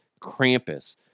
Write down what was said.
Krampus